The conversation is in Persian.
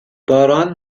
باران